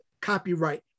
copyright